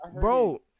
Bro